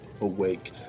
awake